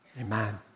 amen